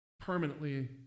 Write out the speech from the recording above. permanently